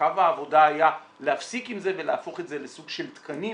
קו העבודה היה להפסיק עם זה ולהפוך את זה לסוג של תקנים